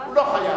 הוא לא חייב.